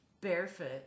barefoot